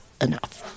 enough